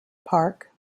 park